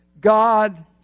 God